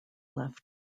left